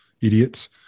idiots